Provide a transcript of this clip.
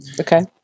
Okay